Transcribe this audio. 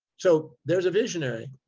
so there's a visionary.